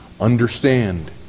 understand